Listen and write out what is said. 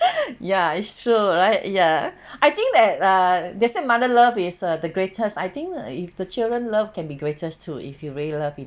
is true right ya I think that uh they said mother love is uh the greatest I think if the children love can be greatest too if you really love it